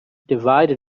divide